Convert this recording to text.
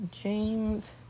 James